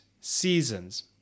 seasons